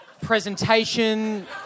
presentation